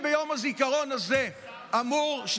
ביום הזיכרון הזה אני אמור, אלה אמירות קשות מאוד.